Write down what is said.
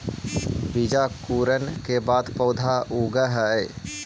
बीजांकुरण के बाद पौधा उगऽ हइ